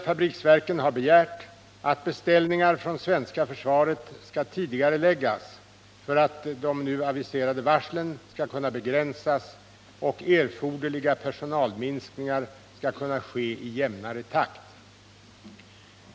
FFV har begärt att beställningar från svenska försvaret skall tidigareläggas för att nu aviserade varsel skall kunna begränsas och erforderliga personalminskningar skall kunna ske i jämnare takt.